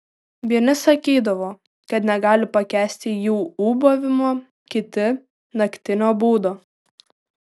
vieni sakydavo kad negali pakęsti jų ūbavimo kiti naktinio būdo